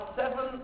seven